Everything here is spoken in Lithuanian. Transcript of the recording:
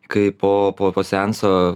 kai po po po seanso